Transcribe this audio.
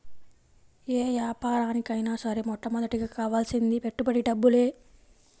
యే యాపారానికైనా సరే మొట్టమొదటగా కావాల్సింది పెట్టుబడి డబ్బులే